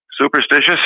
Superstitious